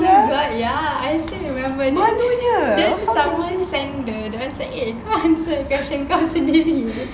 ya I still remember then send the then I macam eh kau answer question kau sendiri [pe]